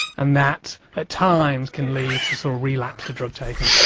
and that at times can lead to sort of relapse to drug-taking.